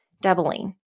doubling